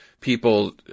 people